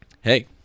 Hey